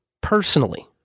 Personally